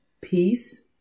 peace